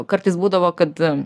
kartais būdavo kad